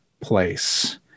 place